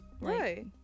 Right